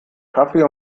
kaffee